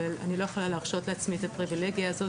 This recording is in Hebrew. אבל אני לא יכולה להרשות לעצמי את הפריבילגיה הזאת